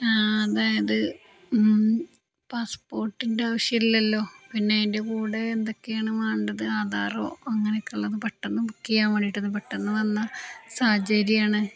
അതായത് പാസ്പോർട്ടിൻ്റെ ആവശ്യം ഇല്ലല്ലോ പിന്നെ അതിൻ്റെ കൂടെ എന്തൊക്കെയാണ് വേണ്ടത് ആധാറോ അങ്ങനെയൊക്കെയുള്ളത് പെട്ടെന്ന് ബുക്ക് ചെയ്യാൻ വേണ്ടിയിട്ടത് പെട്ടെന്നു വന്ന സാഹചര്യമാണ്